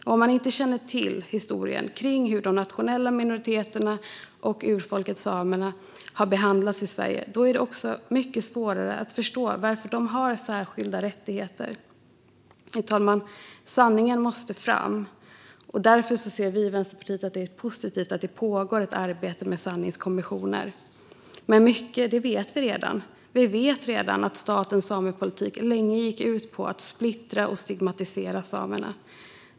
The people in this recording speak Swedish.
Och om man inte känner till historien kring hur de nationella minoriteterna och urfolket samerna har behandlats i Sverige är det mycket svårare att förstå varför de har särskilda rättigheter. Fru talman! Sanningen måste fram, och därför anser vi i Vänsterpartiet att det är positivt att det pågår ett arbete med sanningskommissioner. Mycket vet vi redan. Vi vet att statens samepolitik länge gick ut på att splittra och stigmatisera samerna.